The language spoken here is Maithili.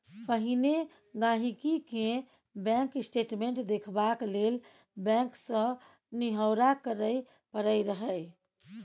पहिने गांहिकी केँ बैंक स्टेटमेंट देखबाक लेल बैंक सँ निहौरा करय परय रहय